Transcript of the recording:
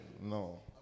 No